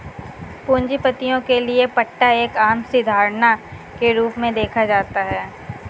पूंजीपतियों के लिये पट्टा एक आम सी धारणा के रूप में देखा जाता है